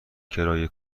کرایه